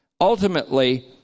ultimately